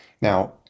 Now